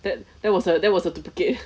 that that was a that was a duplicate